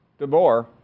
DeBoer